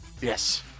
Yes